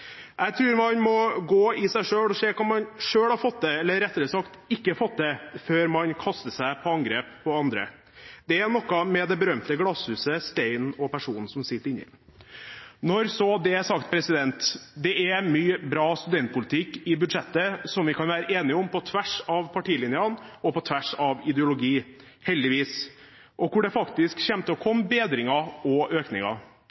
Jeg tror man må gå i seg selv og se hva man selv har fått til eller – rettere sagt – hva man ikke har fått til, før man gir seg i kast med angrep på andre. Det er noe med det berømte glasshuset, steinen og personen som sitter inni. Når det er sagt: Det er mye bra studentpolitikk i budsjettet som vi kan være enige om på tvers av partilinjene og ideologi – heldigvis. Det kommer faktisk til å komme forbedringer og økninger.